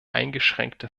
eingeschränkte